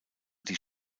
die